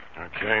Okay